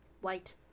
White